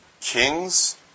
kings